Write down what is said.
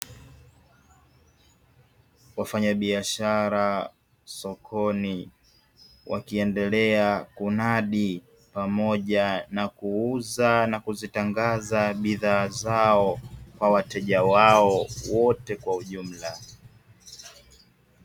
Wafanya biashara sokoni, wakiendelea kunadi pamoja na kuuza na kuzitangaza bidhaa zao kwa wateja wao wote kwa ujumla.